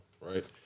right